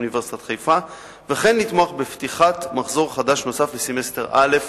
באוניברסיטת חיפה וכן לתמוך בפתיחת מחזור חדש נוסף בסמסטר א'